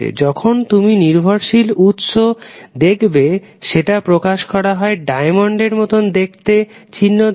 যখন তুমি নির্ভরশীল উৎস দেখবে সেটা প্রকাশ করা হয় ডায়মন্ড এর মতো দেখতে চিহ্ন দ্বারা